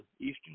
Eastern